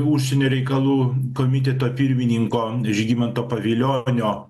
užsienio reikalų komiteto pirmininko žygimanto pavilionio